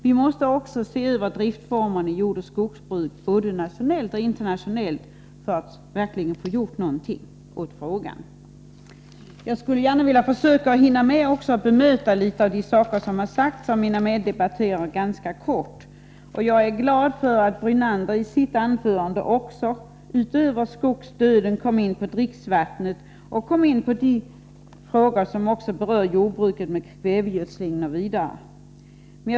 Vi måste också se över driftformerna i jordoch skogsbruket, både nationellt och internationellt, för att verkligen få någonting gjort åt problemet. Jag skulle gärna vilja hinna med att ganska kort bemöta vad som har sagts av mina meddebattörer. Jag är glad över att Lennart Brunander i sitt anförande utöver skogsdöden kom in även på dricksvattnet och de frågor som berör jordbruket, t.ex. kvävegödslingen.